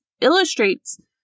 illustrates